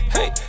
Hey